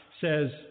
says